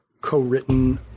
co-written